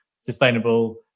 Sustainable